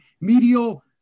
medial